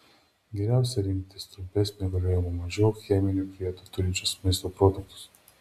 geriausia rinktis trumpesnio galiojimo mažiau cheminių priedų turinčius maisto produktus